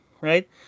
right